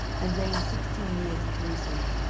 and reigned sixteen years in jerusalem,